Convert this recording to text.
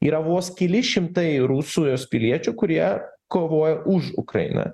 yra vos keli šimtai rusų jos piliečių kurie kovoja už ukrainą